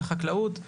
בחקלאות.